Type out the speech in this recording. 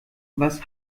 was